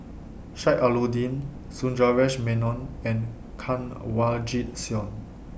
Sheik Alau'ddin Sundaresh Menon and Kanwaljit Soin